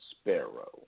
sparrow